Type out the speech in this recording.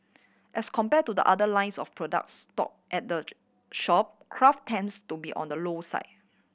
as compare to the other lines of products stock at the shop craft tends to be on the low side